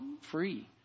free